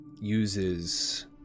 uses